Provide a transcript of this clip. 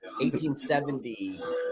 1870